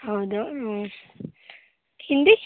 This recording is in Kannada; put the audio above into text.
ಹೌದು ಹಿಂದಿ